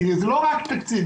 כי זה לא רק תקציב,